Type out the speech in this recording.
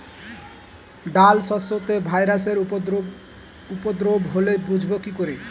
ডাল শস্যতে ভাইরাসের উপদ্রব হলে বুঝবো কি করে?